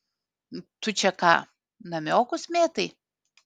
tu čia ką namiokus mėtai